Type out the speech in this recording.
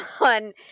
on